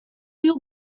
you